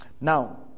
Now